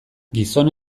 gizon